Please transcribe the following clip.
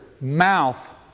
mouth